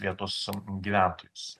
vietos gyventojus